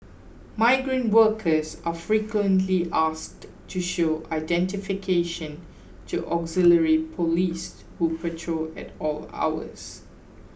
migrant workers are frequently asked to show identification to auxiliary police who patrol at all hours